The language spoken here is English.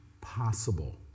possible